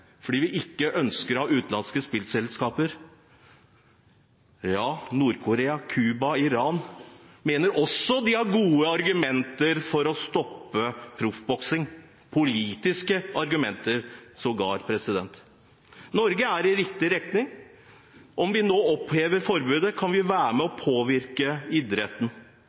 fordi man ikke ønsker å ha utenlandske spillselskaper. Ja, Nord-Korea, Cuba og Iran mener også at de har gode politiske argumenter for å stoppe proffboksing. Norge går i riktig retning. Om vi nå opphever forbudet, kan vi være med og påvirke idretten,